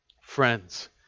Friends